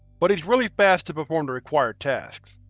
but he's really fast to perform the required tasks.